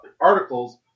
articles